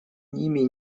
ними